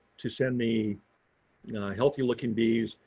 to send me healthy looking bees.